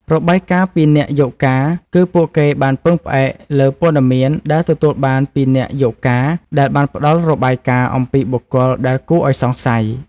របាយការណ៍ពីអ្នកយកការណ៍គឺ ពួកគេបានពឹងផ្អែកលើព័ត៌មានដែលទទួលបានពីអ្នកយកការណ៍ដែលបានផ្តល់របាយការណ៍អំពីបុគ្គលដែលគួរឱ្យសង្ស័យ។